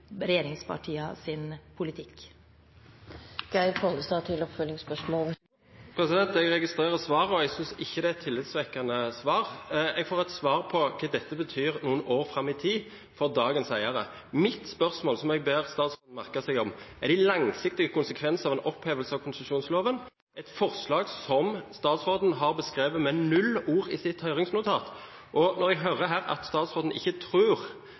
politikk. Jeg registrerer svaret, og jeg synes ikke det er et tillitvekkende svar. Jeg får et svar på hva dette betyr noen år fram i tid for dagens eiere. Mitt spørsmål, som jeg ber statsråden merke seg, dreier seg om de langsiktige konsekvensene av en opphevelse av konsesjonsloven, et forslag som statsråden har beskrevet med null ord i sitt høringsnotat. Og når jeg hører her at statsråden ikke